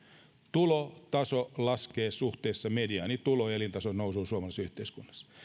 tulotaso laskee suhteessa mediaanituloon ja elintason nousuun suomalaisessa yhteiskunnassa